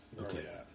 Okay